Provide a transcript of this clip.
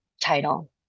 title